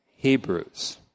Hebrews